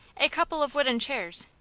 a couple of wooden chairs,